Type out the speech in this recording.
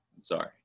sorry